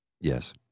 Yes